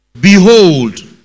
Behold